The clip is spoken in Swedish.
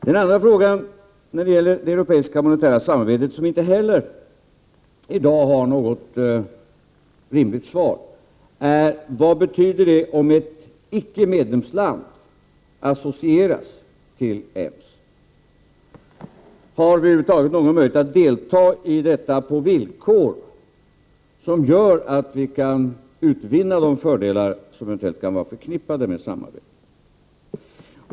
Den andra frågan när det gäller det europeiska monetära samarbetet-som inte heller har något rimligt svar i dag — är: Vad betyder det om ett icke-medlemsland associeras till EMS? Har vi över huvud taget någon möjlighet att delta på sådana villkor att vi kan utvinna de fördelar som eventuellt kan vara förknippade med samarbetet?